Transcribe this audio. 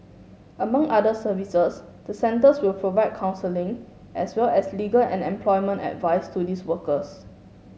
among other services the centres will provide counselling as well as legal and employment advice to these workers